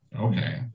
Okay